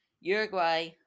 Uruguay